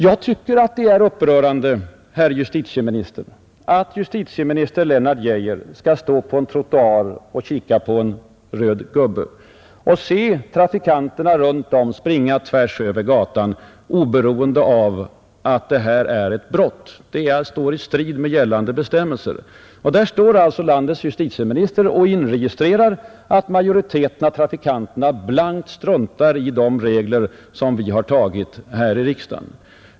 Jag tycker att det är upprörande, herr statsråd, att justitieministern Lennart Geijer skall stå och vänta på en trottoar framför en ”röd gubbe” och se trafikanterna runt om sig springa tvärs över gatan oberoende av att de gör sig skyldiga till lagbrott. Där står alltså landets justitieminister och registrerar att majoriteten av trafikanterna blankt struntar i de regler som vi har antagit här i riksdagen.